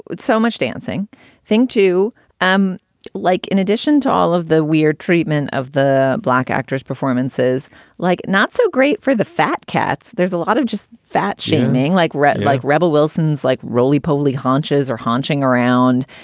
but so much dancing thing to um like. in addition to all of the weird treatment of the black actors performances like not so great for the fat cats. there's a lot of just fat shaming like red like rebel wilson's like roly-poly haunches or hunching around.